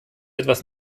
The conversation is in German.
etwas